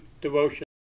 devotion